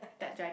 tak jadi